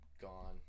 Gone